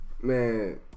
man